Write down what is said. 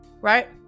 right